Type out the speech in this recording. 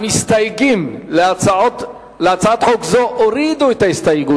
המסתייגים להצעת חוק זו הורידו את ההסתייגות.